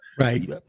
right